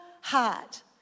heart